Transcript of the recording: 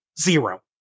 Zero